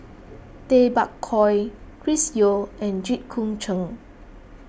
Tay Bak Koi Chris Yeo and Jit Koon Ch'ng